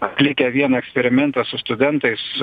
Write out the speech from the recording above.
atlikę vieną eksperimentą su studentais